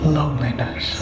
loneliness